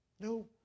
no